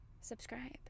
subscribe